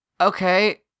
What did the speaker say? okay